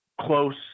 close